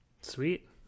Sweet